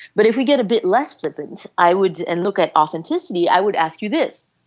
but if we get a bit less flippant i would and look at authenticity i would ask you this.